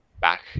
Back